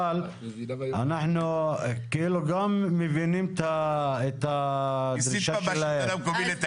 אבל אנחנו כאילו גם מבינים את הדרישה שלהם.